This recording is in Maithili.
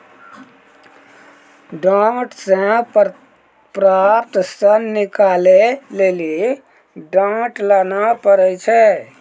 डांट से प्राप्त सन निकालै लेली डांट लाना पड़ै छै